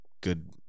good